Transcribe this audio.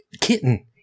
kitten